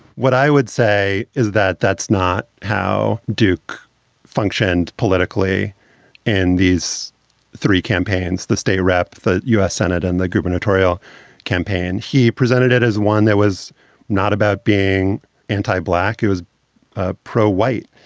what i would say is that that's not how duke functioned politically and these three campaigns. the state rep, the u s. senate and the gubernatorial campaign, he presented it as one that was not about being anti black. it was ah pro white.